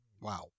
Wow